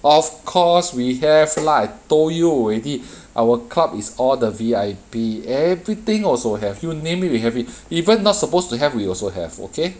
of course we have ah I told you already our club is all the V_I_P everything also have you name it we have it even not supposed to have we also have okay